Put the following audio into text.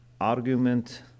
Argument